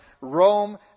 Rome